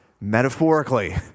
Metaphorically